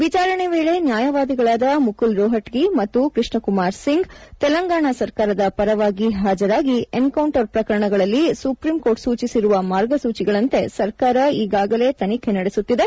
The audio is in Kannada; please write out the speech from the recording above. ವಿಚಾರಣೆ ವೇಳೆ ನ್ಯಾಯವಾದಿಗಳಾದ ಮುಕುಲ್ ರೋಹಣಗಿ ಮತ್ತು ಕೃಷ್ಣಕುಮಾರ್ಸಿಂಗ್ ತೆಲಂಗಾಣ ಸರ್ಕಾರದ ಪರವಾಗಿ ಹಾಜರಾಗಿ ಎನ್ಕೌಂಟರ್ ಪ್ರಕರಣಗಳಲ್ಲಿ ಸುಪ್ರೀಂಕೋರ್ಟ್ ಸೂಚಿಸಿರುವ ಮಾರ್ಗಸೂಚಿಗಳಂತೆ ಸರ್ಕಾರ ಈಗಾಗಲೇ ತನಿಖೆ ನಡೆಸುತ್ತಿದೆ